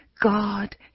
God